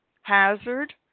Hazard